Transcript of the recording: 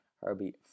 Herbie